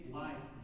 life